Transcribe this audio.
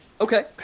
Okay